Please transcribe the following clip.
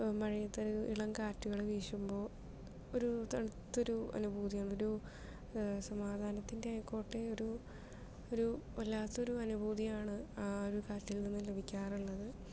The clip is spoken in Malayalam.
മഴയത്തൊരു ഇളം കാറ്റുകള് വീശുമ്പോൾ ഒരു തണുത്തൊരു അനുഭൂതിയാണ് ഒരു സമാധാനത്തിൻ്റെ ആയിക്കോട്ടെ ഒരു ഒരു വല്ലാത്തൊരു അനുഭൂതിയാണ് ആ ഒരു കാറ്റിൽ നിന്നും ലഭിക്കാറുള്ളത്